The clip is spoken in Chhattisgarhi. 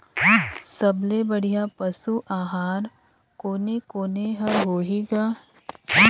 सबले बढ़िया पशु आहार कोने कोने हर होही ग?